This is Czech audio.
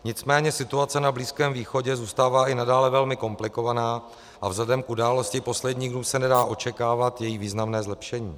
Nicméně situace na Blízkém východě zůstává i nadále velmi komplikovaná a vzhledem k událostem posledních dnů se nedá očekávat její významné zlepšení.